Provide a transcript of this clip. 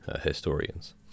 historians